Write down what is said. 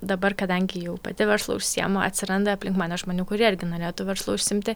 dabar kadangi jau pati verslu užsiimu atsiranda aplink mane žmonių kurie irgi norėtų verslu užsiimti